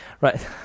Right